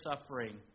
suffering